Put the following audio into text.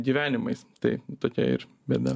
gyvenimais tai tokia ir bėda